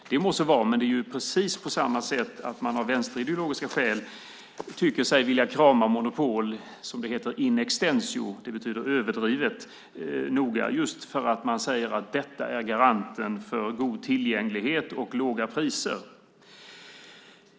Det må så vara, men det är precis på samma sätt när man av vänsterideologiska skäl vill krama monopol som det heter in extenso - det betyder överdrivet noga - just för att man säger att det är garanten för god tillgänglighet och låga priser.